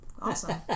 Awesome